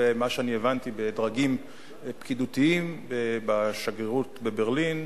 ומה שאני הבנתי בדרגים פקידותיים בשגרירות בברלין,